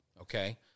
okay